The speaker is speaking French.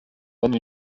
mène